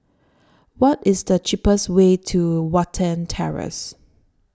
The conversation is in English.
What IS The cheapest Way to Watten Terrace